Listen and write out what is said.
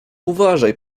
uważaj